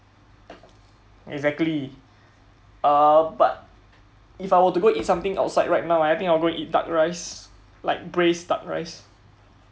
exactly err but if I were to go eat something outside right now I think I will go eat duck rice like braised duck rice